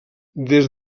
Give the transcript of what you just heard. des